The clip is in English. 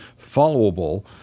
followable